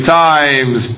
times